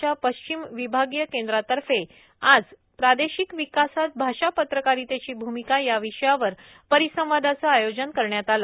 च्या पश्चिम विभागीय केंद्रा तर्फे आज प्रादेशिक विकासात भाषा पत्रकारितेची भूमिका या विषयावर परिसंवादाचे आयोजन करण्यात आले